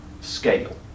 scale